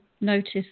notice